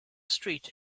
street